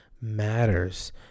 matters